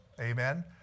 Amen